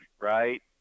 right